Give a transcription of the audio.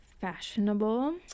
fashionable